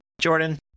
Jordan